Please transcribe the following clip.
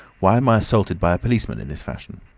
why am i assaulted by a policeman in this fashion?